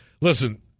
listen